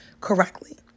correctly